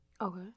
Okay